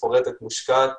מפורטת ומושקעת,